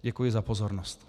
Děkuji za pozornost.